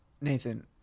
Nathan